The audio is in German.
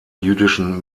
jüdischen